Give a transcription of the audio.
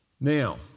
Now